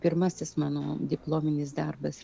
pirmasis mano diplominis darbas